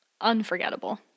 unforgettable